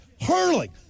hurling